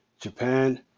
Japan